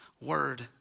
word